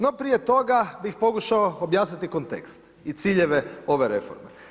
No, prije toga bih pokušao objasniti kontekst i ciljeve ove reforme.